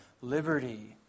liberty